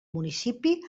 municipi